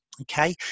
okay